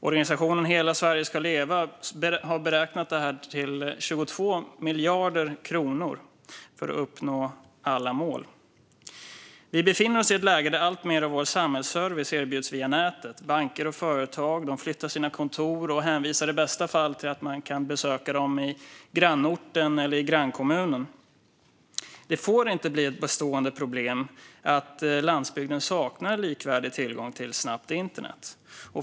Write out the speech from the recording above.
Organisationen Hela Sverige ska leva har beräknat kostnaden till 22 miljarder kronor för att uppnå alla mål. Vi befinner oss i ett läge där alltmer av vår samhällsservice erbjuds via nätet. Banker och företag flyttar sina kontor och hänvisar i bästa fall till att man kan besöka dem i grannorten eller grannkommunen. Det får inte bli ett bestående problem att landsbygden saknar likvärdig tillgång till snabbt internet.